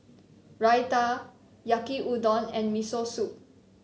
Raita Yaki Udon and Miso Soup